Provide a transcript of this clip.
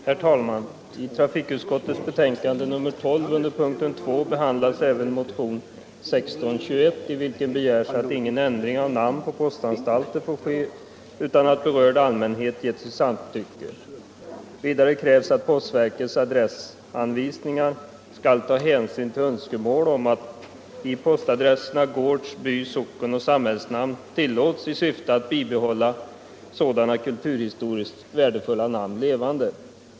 Herr talman! I trafikutskottets betänkande nr 12 behandlas under punkten 2 även motionen 1621, i vilken begärs att ingen ändring av namn på postanstalter får ske utan att berörd allmänhet gett sitt samtycke. Vidare krävs att postverkets adressanvisningar skall ta hänsyn till önskemål om att i postadresserna gårds-, by-, sockenoch samhällsnamn tillåts i syfte att bibehålla sådana kulturhistoriskt värdefulla namn levande.